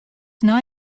nei